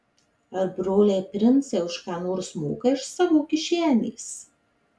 ar broliai princai už ką nors moka iš savo kišenės